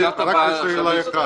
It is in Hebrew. יש לי הרבה מה להגיד.